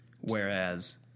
Whereas